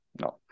No